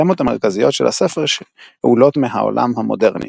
התימות המרכזיות של הספר שאולות מהעולם המודרני